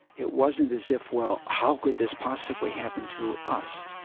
it wasn't as if, well, how could this possibly happen to us?